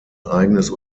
eigenes